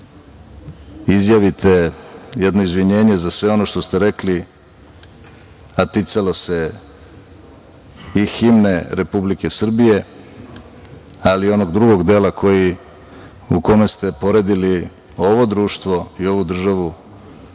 izjavite jedno izvinjenje, za sve ono što ste rekli, a ticalo se i himne Republike Srbije, ali onog drugog dela, u kome ste poredili ovo društvo i ovu državu